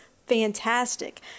fantastic